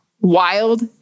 wild